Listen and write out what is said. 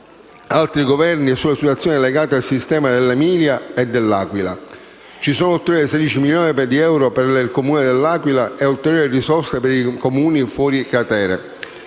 altri Governi, sulle situazioni legate al sisma dell'Emilia e dell'Aquila: ci sono ulteriori 16 milioni di euro per il Comune dell'Aquila, e ulteriori risorse per i Comuni fuori cratere,